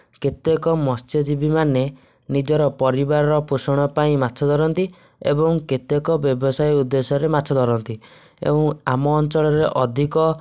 କେତେକ ମତ୍ସ୍ୟଜୀବୀ ମାନେ ନିଜର ପରିବାରର ପୋଷଣ ପାଇଁ ମାଛ ଧରନ୍ତି ଏବଂ କେତେକ ବ୍ୟବସାୟ ଉଦ୍ଦେଶ୍ୟରେ ମାଛ ଧରନ୍ତି ଏବଂ ଆମ ଅଞ୍ଚଳରେ ଅଧିକ